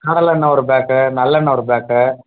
கடலெண்ணெய் ஒரு பேக்கு நல்லெண்ணெய் ஒரு பேக்கு